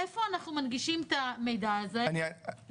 איפה אנחנו מנגישים את המידע הזה לאזרח,